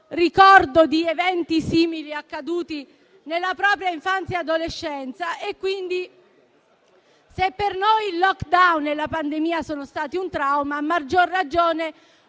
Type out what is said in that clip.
ricordo di eventi simili accaduti nella propria infanzia, nell'adolescenza. Quindi, se per noi il *lockdown* e la pandemia sono stati un trauma, a maggior ragione